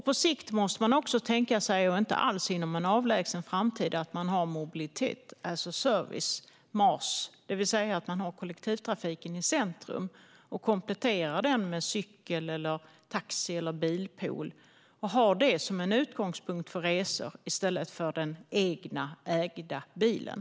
På sikt och inte alls inom en avlägsen framtid måste man också tänka sig att man har mobility as a service, MAAS. Det innebär att man har kollektivtrafiken i centrum och kompletterar den med cykel, taxi eller bilpool. Man har detta som utgångspunkt för resor i stället för den egna ägda bilen.